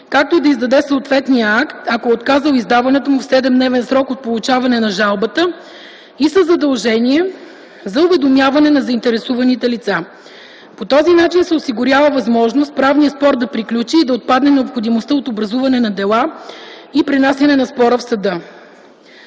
както и да издаде съответния акт, ако е отказал издаването му в 7-дневен срок от получаване на жалбата и със задължение за уведомяване на заинтересуваните страни. По този начин се осигурява възможност правният спор да приключи и да отпадне необходимостта от образуване на дела и пренасяне на спора в съда.